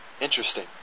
Interesting